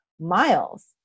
Miles